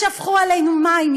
שפכו עלינו מים,